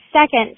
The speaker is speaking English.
second